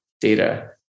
data